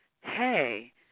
hey